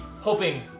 hoping